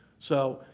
so,